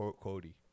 Cody